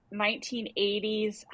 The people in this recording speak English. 1980s